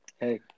Hey